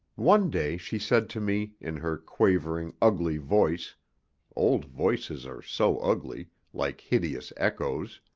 one day she said to me, in her quavering, ugly voice old voices are so ugly, like hideous echoes